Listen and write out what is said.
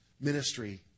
ministry